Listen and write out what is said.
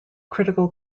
critical